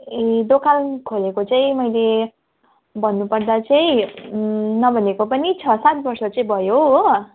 ए दोकान खोलेको चाहिँ मैले भन्नुपर्दा चाहिँ नभनेको पनि छ सात वर्ष चाहिँ भयो हो